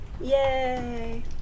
Yay